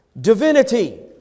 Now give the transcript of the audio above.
divinity